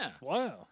Wow